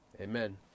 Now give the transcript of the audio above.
Amen